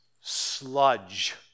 sludge